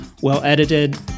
well-edited